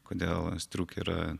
kodėl striukė yra